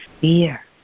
fear